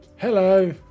hello